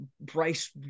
Bryce